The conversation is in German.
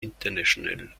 international